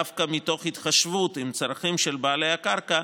דווקא מתוך התחשבות בצרכים של בעלי הקרקע,